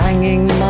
Hanging